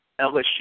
LSU